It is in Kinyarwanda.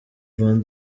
van